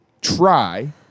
try